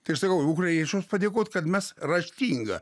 tai sakau ukrainiečiams padėkot kad mes raštinga